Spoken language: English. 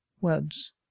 words